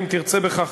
אם תרצה בכך,